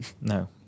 No